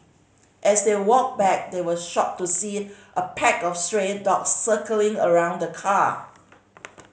as they walked back they were shocked to see it a pack of stray dogs circling around the car